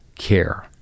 care